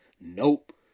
Nope